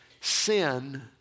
Sin